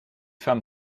femme